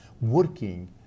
working